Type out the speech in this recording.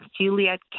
Juliet